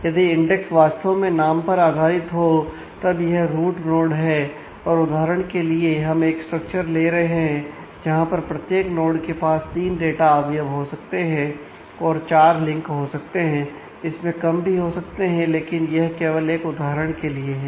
यदि इंडेक्स वास्तव में नाम पर आधारित हो तब यह रूट नोड है और उदाहरण के लिए हम एक स्ट्रक्चर ले रहे हैं जहां पर प्रत्येक नोड के पास तीन डाटा अवयव हो सकते हैं और चार लिंक हो सकते हैं इससे कम भी हो सकते हैं लेकिन यह केवल एक उदाहरण के लिए है